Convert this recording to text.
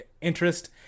interest